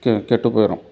கெ கெட்டுப்போயிரும்